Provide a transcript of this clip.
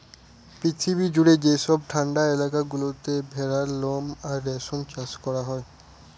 পৃথিবী জুড়ে যেসব ঠান্ডা এলাকা গুলোতে ভেড়ার লোম আর রেশম চাষ করা হয়